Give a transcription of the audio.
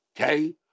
Okay